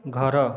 ଘର